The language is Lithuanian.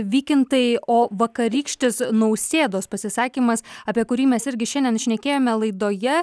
vykintai o vakarykštis nausėdos pasisakymas apie kurį mes irgi šiandien šnekėjome laidoje